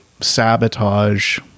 sabotage